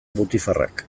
butifarrak